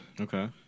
okay